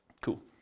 Cool